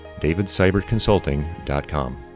davidcybertconsulting.com